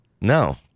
No